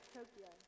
Tokyo